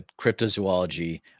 cryptozoology